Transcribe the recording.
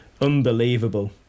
Unbelievable